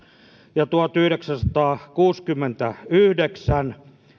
ja tuhatyhdeksänsataakuusikymmentäyhdeksän